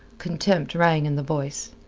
contempt rang in the voice.